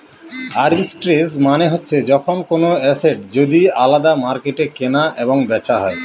arbitrage মানে হচ্ছে যখন কোনো এসেট যদি আলাদা মার্কেটে কেনা এবং বেচা হয়